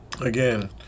Again